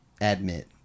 admit